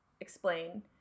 explain